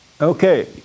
Okay